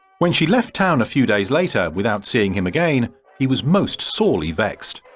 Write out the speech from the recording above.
when she left town a few days later without seeing him again he was most sorely vexed.